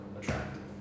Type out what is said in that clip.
attractive